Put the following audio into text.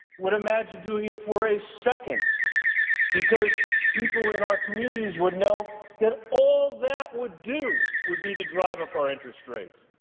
would imagine doing it for a because people in our communities would know that all that would do would be to drive up our interest rates,